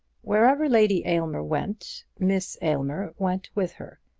wherever lady aylmer went miss aylmer went with her,